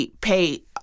pay